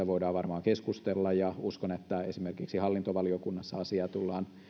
voidaan varmasti keskustella ja uskon että esimerkiksi hallintovaliokunnassa asiaa tullaan